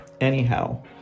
anyhow